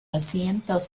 asientos